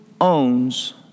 owns